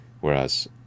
whereas